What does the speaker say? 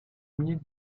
mille